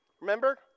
Remember